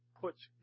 puts